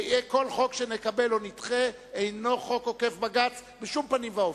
כל חוק שנקבל או נדחה אינו חוק עוקף בג"ץ בשום פנים ואופן,